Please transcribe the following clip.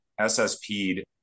SSP'd